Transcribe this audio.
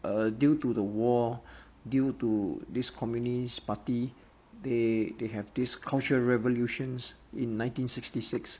eh due to the war due to this communist party they they have this cultural revolutions in nineteen sixty six